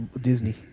Disney